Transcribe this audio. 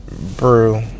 brew